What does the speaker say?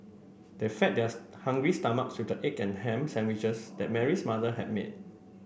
they fed theirs hungry stomachs with the egg and ham sandwiches that Mary's mother had made